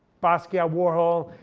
basquiat, warhol.